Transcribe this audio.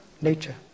nature